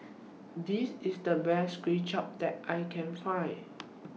This IS The Best Kuay Chap that I Can Find